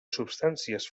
substàncies